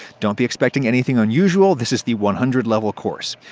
don't be expecting anything unusual this is the one hundred level course.